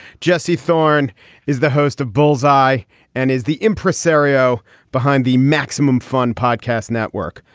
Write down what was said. jesse thorn is the host of bullseye and is the impresario behind the maximum fun podcast network.